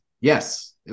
Yes